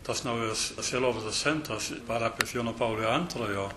tas naujas sielovados centras parapijos jono paulio antrojo